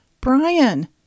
Brian